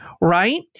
right